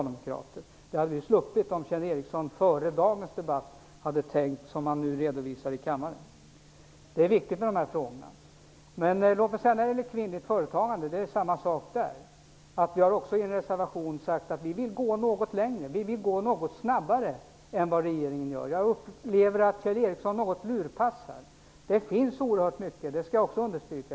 Det hade vi sluppit om Kjell Ericsson före dagens debatt hade tänkt så som han nu redovisar i kammaren. Dessa frågor är viktiga. Det är samma sak vad gäller kvinnligt företagande. I en reservation har vi socialdemokrater sagt att vi vill gå något längre och snabbare än regeringen. Jag upplever att Kjell Ericsson lurpassar. Jag vill också understryka att det finns oerhört mycket.